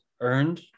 earned